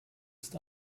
ist